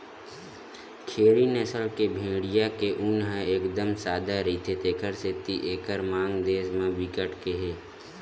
खेरी नसल के भेड़िया के ऊन ह एकदम सादा रहिथे तेखर सेती एकर मांग देस म बिकट के हे